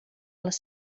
les